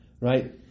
right